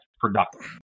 productive